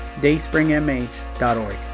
dayspringmh.org